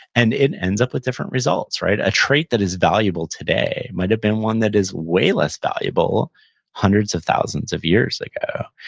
and it ends up with different results a trait that is valuable today might have been one that is way less valuable hundreds of thousands of years ago,